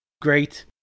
Great